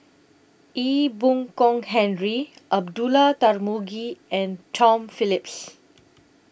Ee Boon Kong Henry Abdullah Tarmugi and Tom Phillips